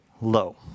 low